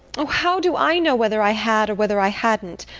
oh, how do i know whether i had or whether i hadn't?